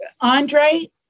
Andre